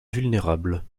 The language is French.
vulnérable